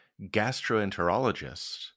gastroenterologist